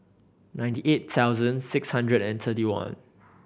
ninety eight thousand six hundred and thirty one